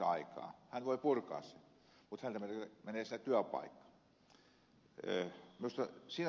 hän voi purkaa sen mutta häneltä menee siinä työpaikka